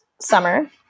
summer